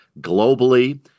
Globally